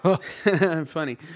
Funny